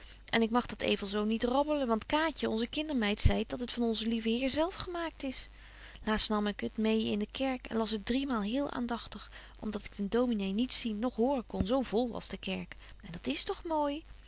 en ik mag dat evel zo niet rabbelen want kaatje onze kindermeid zeit dat het van onzen lieven heer zelf gemaakt is laast nam ik het meê in de kerk en las het driemaal heel aandagtig om dat ik den dominé niet zien noch horen kon zo vol was de betje wolff en aagje deken historie van mejuffrouw sara burgerhart kerk en dat is tog mooi